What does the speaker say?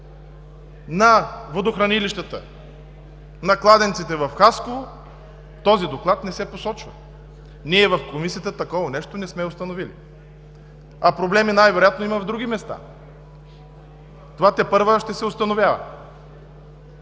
на водохранилищата, на кладенците в Хасково, в този Доклад не се посочва. Ние в Комисията такова нещо не сме установили, а проблеми най-вероятно има на други места, това тепърва ще се установява.